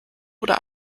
oder